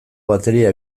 bateria